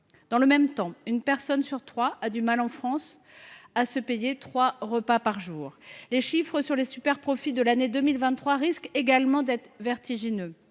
Dans le même temps, une personne sur trois a du mal en France à se payer trois repas par jour ! Les chiffres relatifs aux superprofits réalisés en 2023 risquent également d’être vertigineux,